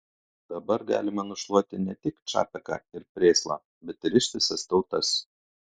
dabar galima nušluoti ne tik čapeką ir prėslą bet ir ištisas tautas